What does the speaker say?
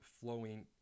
flowing